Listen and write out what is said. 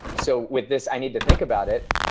so with this, i need to think about it.